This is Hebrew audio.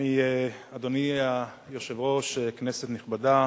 אדוני היושב-ראש, כנסת נכבדה,